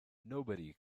nobody